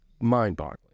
mind-boggling